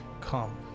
come